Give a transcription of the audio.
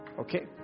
Okay